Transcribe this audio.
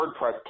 WordPress